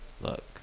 Look